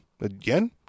again